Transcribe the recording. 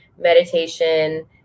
meditation